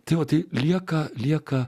tęsti lieka lieka